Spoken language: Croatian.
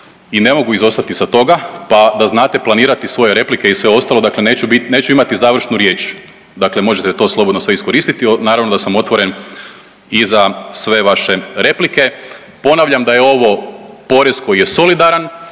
i ne mogu izostati sa toga, pa da znate planirati svoje replike i sve ostalo, dakle neću bit, neću imati završnu riječ, dakle možete to slobodno sve iskoristiti, naravno da sam otvoren i za sve vaše replike. Ponavljam da je ovo porez koji je solidaran,